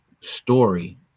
story